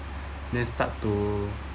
then start to